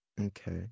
Okay